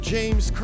James